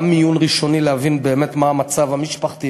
גם מיון ראשוני כדי להבין באמת מה המצב המשפחתי,